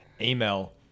email